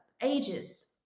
ages